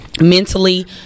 Mentally